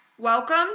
Welcome